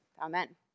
Amen